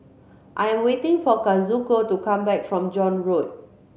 I am waiting for Kazuko to come back from John Road